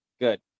Good